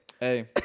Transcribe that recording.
Hey